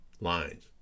lines